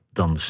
dan